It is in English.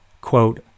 quote